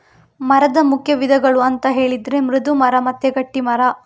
ಮರದ ಮುಖ್ಯ ವಿಧಗಳು ಅಂತ ಹೇಳಿದ್ರೆ ಮೃದು ಮರ ಮತ್ತೆ ಗಟ್ಟಿ ಮರ